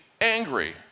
angry